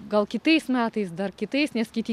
gal kitais metais dar kitais nes kiti